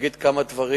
להגיד כמה דברים